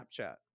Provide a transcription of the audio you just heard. Snapchat